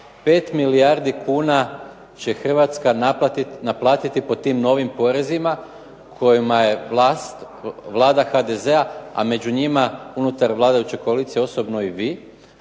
5 milijardi kuna će Hrvatska naplatiti po tim novim porezima kojima je Vlada HDZ-a a među njima unutar vladajuće koalicije osobno i vi